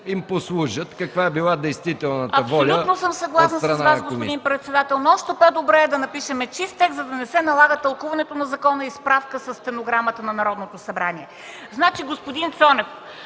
им послужат каква е била действителната воля. МЕНДА СТОЯНОВА (ГЕРБ): Абсолютно съм съгласна с Вас, господин председател, но още по-добре е да напишем чист текст, за да не се налага тълкуване на закона и справка със стенограмата на Народното събрание. Господин Цонев,